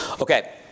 Okay